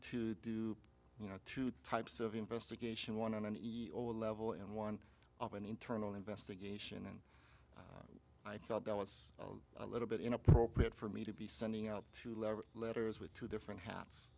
to do you know two types of investigation one on an equal level and one of an internal investigation and i thought that was a little bit inappropriate for me to be sending out to love letters with two different hats